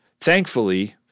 Thankfully